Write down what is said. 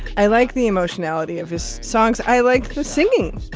i like the emotionality of his songs. i like the singing.